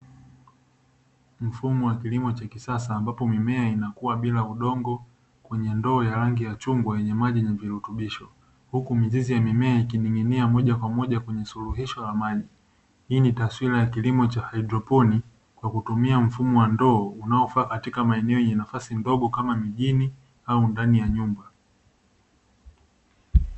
Mfumo wa kilimo cha kisasa mabapo mimea inakua bila udongo kwenye ndoo ya rangi ya chungwa yenye maji yenye virutubisho, huku mizizi ya mimea ikining'inia moja kwa moja kwenye suluhishio la maji. Hii ni taswira ya mfumo wa kilimo cha haidroponi kwa kutumia mfumo ndoo katika maeneo yenye nafasi ndogo kama mijini au ndani ya nyumba.